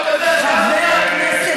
חבר הכנסת גליק,